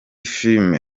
filime